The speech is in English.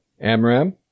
Amram